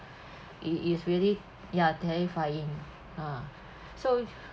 it is really ya terrifying ah so